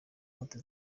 konti